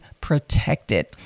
protected